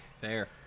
Fair